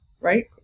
Right